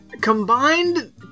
combined